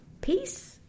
Peace